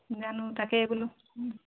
জানো তাকে বোলো